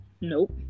Nope